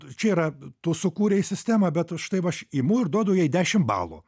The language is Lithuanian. čia yra tu sukūrei sistemą bet štai aš imu ir duodu jai dešimt balų